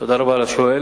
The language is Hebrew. תודה רבה לשואל.